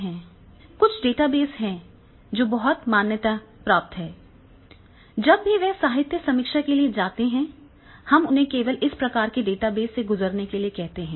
कुछ डेटाबेस हैं जो बहुत मान्यता प्राप्त हैं जब भी वे साहित्य समीक्षा के लिए जाते हैं हम उन्हें केवल इस प्रकार के डेटाबेस से गुजरने के लिए कहते हैं